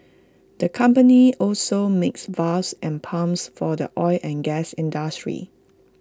the company also makes valves and pumps for the oil and gas industry